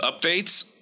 updates